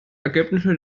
ergebnisse